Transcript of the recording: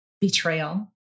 Betrayal